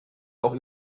auch